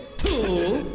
to